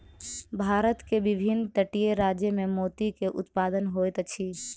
भारत के विभिन्न तटीय राज्य में मोती के उत्पादन होइत अछि